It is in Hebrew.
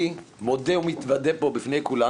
אני מודה ומתוודה פה בפני כולם